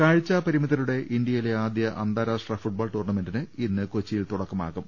കാഴ്ച പരിമിതരുടെ ഇന്ത്യയിലെ ആദ്യ അന്താരാഷ്ട്ര ഫുട്ബോൾ ടൂർണ്ണമെന്റിന് ഇന്ന് കൊച്ചിയിൽ തുടക്കമാകും